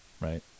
right